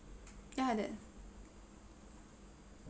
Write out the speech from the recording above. ya the